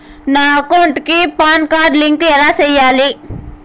నా అకౌంట్ కి PAN card link ఎలా సేయాలి